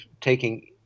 taking